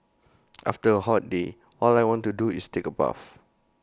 after A hot day all I want to do is take A bath